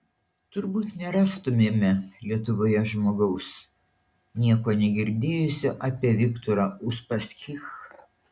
turbūt nerastumėme lietuvoje žmogaus nieko negirdėjusio apie viktorą uspaskich